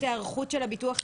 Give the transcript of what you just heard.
היערכות של הביטוח הלאומי.